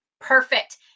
Perfect